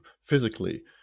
physically